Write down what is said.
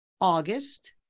AUGUST